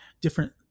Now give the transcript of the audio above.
different